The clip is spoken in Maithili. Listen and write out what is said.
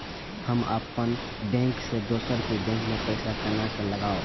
हम अपन बैंक से दोसर के बैंक में पैसा केना लगाव?